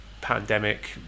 pandemic